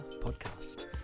Podcast